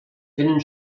tenen